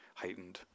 heightened